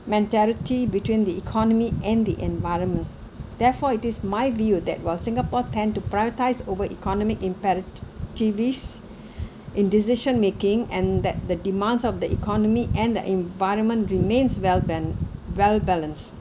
between the economy and the environment therefore it is my view that while singapore tend to prioritise over economic imperatives in decision making and that the demands of the economy and the environment remains well ba~ well balanced